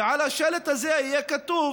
ועל השלט הזה יהיה כתוב: